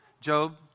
Job